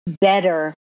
better